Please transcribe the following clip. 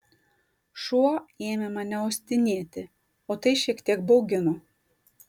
šuo ėmė mane uostinėti o tai šiek tiek baugino